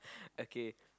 okay